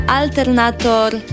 alternator